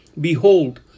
behold